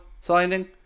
signing